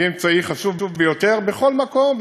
היא אמצעי חשוב ביותר בכל מקום.